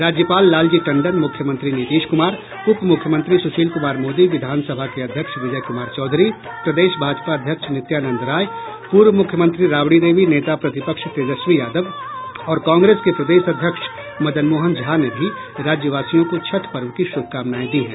राज्यपाल लालजी टंडन मुख्यमंत्री नीतीश कूमार उपमूख्यमंत्री सूशील कुमार मोदी विधान सभा के अध्यक्ष विजय कुमार चौधरी प्रदेश भाजपा अध्यक्ष नित्यानंद राय पूर्व मुख्यमंत्री राबड़ी देवी नेता प्रतिपक्ष तेजस्वी यादव और कांग्रेस के प्रदेश अध्यक्ष मदन मोहन झा ने भी राज्यवासियों को छठ पर्व की शुभकामनाएं दी है